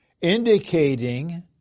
indicating